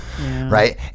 right